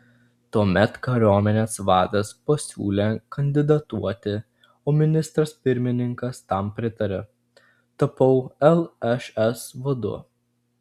tuomet kariuomenės vadas pasiūlė kandidatuoti o ministras pirmininkas tam pritarė tapau lšs vadu